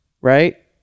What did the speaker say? right